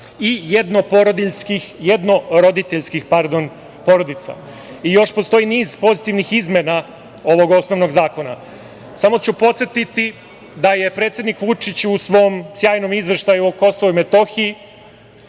i jednoroditeljskih porodica. Postoji još niz pozitivnih izmena ovog osnovnog zakona. Samo ću podsetiti da je predsednik Vučić u svom sjajnom izveštaju o Kosovu i Metohiji